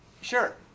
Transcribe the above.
Sure